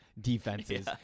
defenses